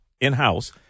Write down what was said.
in-house